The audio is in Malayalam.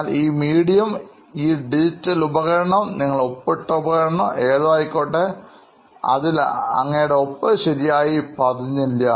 എന്നാൽ ഈ മീഡിയം ഈ ഡിജിറ്റൽ ഉപകരണം നിങ്ങൾ ഒപ്പിട്ട ഉപകരണം ഏതോ ആയിക്കോട്ടെ അതിൽ നിങ്ങടെ ഒപ്പ് ശരിയായി പതിഞ്ഞില്ല